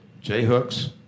J-hooks